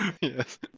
Yes